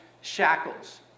shackles